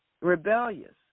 rebellious